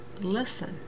listen